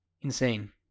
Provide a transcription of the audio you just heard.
insane